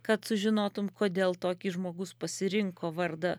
kad sužinotum kodėl tokį žmogus pasirinko vardą